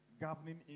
governing